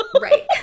Right